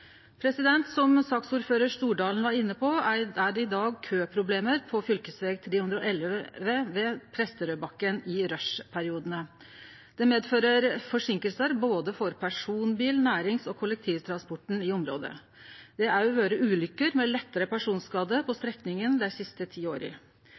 Som saksordføraren, Stordalen, var inne på, er det i dag køproblem på fv. 311 ved Presterødbakken i rushperiodane. Det medfører forseinkingar for både personbil-, nærings- og kollektivtransporten i området. Det har òg vore ulukker med lettare personskade på